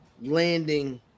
landing